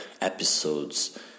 episodes